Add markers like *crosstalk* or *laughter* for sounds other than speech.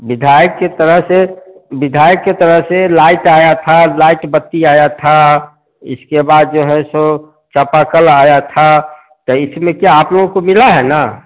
विधायक के तरह से विधायक के तरह से लाइट आया था लाइट बत्ती आया था इसके बाद जो है सो *unintelligible* आया था तो इसमें क्या आप लोगों को मिला है ना